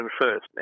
first